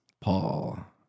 Paul